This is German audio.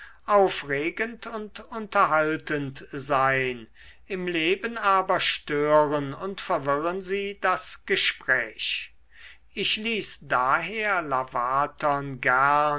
aufregend und unterhaltend sein im leben aber stören und verwirren sie das gespräch ich ließ daher lavatern gern